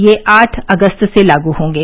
ये आठ अगस्त से लागू होंगे